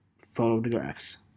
photographs